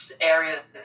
areas